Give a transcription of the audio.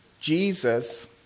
Jesus